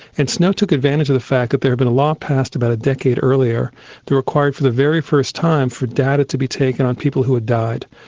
and snow took advantage of the fact that there had been a law passed about a decade earlier that required for the very first time for data to be taken on people who had died.